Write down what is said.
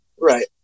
Right